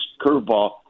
curveball